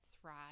thrive